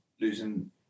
losing